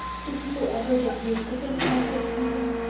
do people ever get used to things like this, susan?